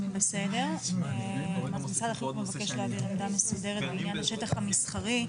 אז משרד החינוך מבקש להעביר עמדה מסודרת בעניין השטח המסחרי.